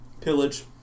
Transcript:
pillage